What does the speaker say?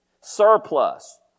surplus